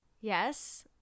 Yes